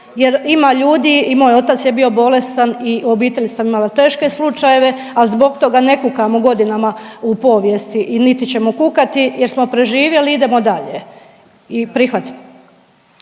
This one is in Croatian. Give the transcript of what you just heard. jer ima ljudi i moj otac je bio bolestan i u obitelji sam imala teške slučajeve, a zbog toga ne kukamo godinama u povijesti i niti ćemo kukati jer smo preživjeli i idemo dalje i prihvatit.